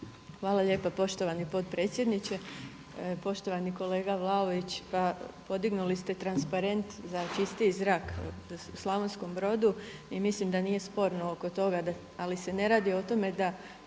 Hvala lijepa poštovani potpredsjedniče. Poštovani kolega Vlaović, podignuli ste transparent za čistiji zrak u Slavonskom Brodu i mislim da nije sporno oko toga ali se ne radi o tome da